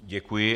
Děkuji.